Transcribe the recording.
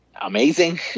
amazing